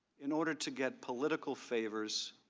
in order to get political favors,